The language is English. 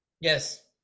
Yes